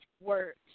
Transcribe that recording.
words